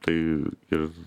tai ir